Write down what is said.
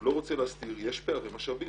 לא רוצה להסתיר את זה שיש פערי משאבים